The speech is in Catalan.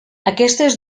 aquestes